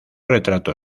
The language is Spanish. retrato